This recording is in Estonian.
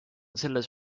selles